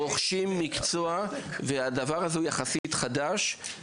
רוכשים מקצוע והדבר הזה הוא יחסית חדש,